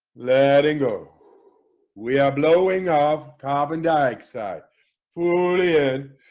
letting go we are blowing off carbon dioxide fully in